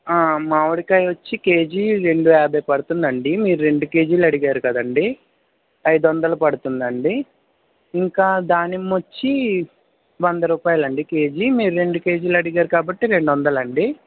మామిడికాయొచ్చి KG రెండు యాభై పడుతుందండి మీరు రెండు కేజీలడిగారు కదండి ఐదొందలు పడుతుందండి ఇంకా దానిమ్మ వచ్చి వంద రుపాయలండి కేజీ మీరు రెండు కేజీలడిగారు కాబట్టి రెండొందలండి